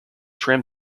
tram